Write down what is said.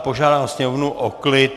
Požádám sněmovnu o klid!